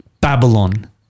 Babylon